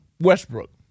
Westbrook